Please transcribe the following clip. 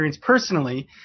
personally